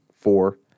four